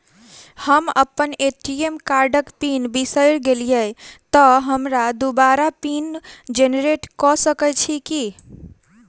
हम अप्पन ए.टी.एम कार्डक पिन बिसैर गेलियै तऽ हमरा दोबारा पिन जेनरेट कऽ सकैत छी की?